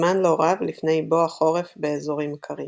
זמן לא רב לפני בוא החורף באזורים קרים.